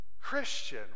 Christian